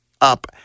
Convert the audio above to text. up